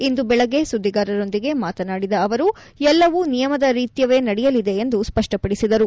ಇಂದು ಬೆಳಗ್ಗೆ ಸುದ್ದಿಗಾರರೊಂದಿಗೆ ಮಾತನಾಡಿದ ಅವರು ಎಲ್ಲವೂ ನಿಯಮದ ರೀತ್ಯವೇ ನಡೆಯಲಿದೆ ಎಂದು ಸ್ವಷ್ಣಪಡಿಸಿದರು